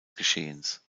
geschehens